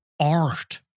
art